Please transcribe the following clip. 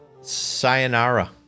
Sayonara